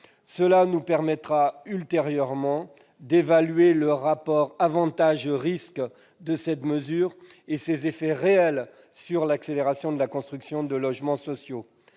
Cela nous permettra, ultérieurement, d'évaluer le rapport risques-avantages de cette mesure et ses effets réels sur l'accélération de la construction de logements sociaux.